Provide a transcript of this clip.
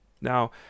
Now